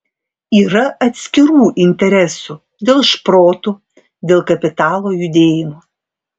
yra atskirų interesų dėl šprotų dėl kapitalo judėjimo